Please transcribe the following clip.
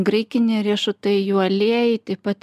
graikiniai riešutai jų aliejai taip pat